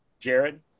Jared